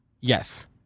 Yes